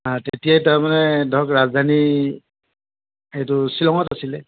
হাঁ তেতিয়াই তাৰমানে ধৰক ৰাজধানী এইটো শ্বিলঙত আছিলে